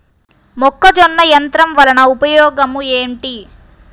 మొక్కజొన్న యంత్రం వలన ఉపయోగము ఏంటి?